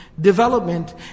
development